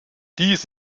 dies